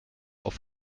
auf